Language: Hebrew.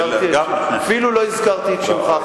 אפילו לא הזכרתי את שמך,